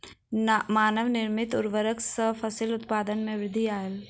मानव निर्मित उर्वरक सॅ फसिल उत्पादन में वृद्धि आयल